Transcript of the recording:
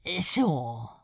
Sure